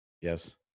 yes